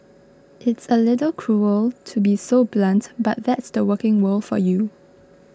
it's a little cruel to be so blunt but that's the working world for you